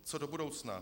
Co do budoucna?